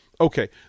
okay